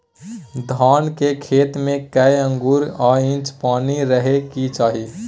धान के खेत में कैए आंगुर आ इंच पानी रहै के चाही?